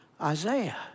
Isaiah